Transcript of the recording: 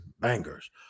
bangers